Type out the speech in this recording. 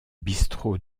bistrot